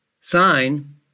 sign